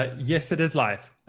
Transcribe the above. ah yes, it is live.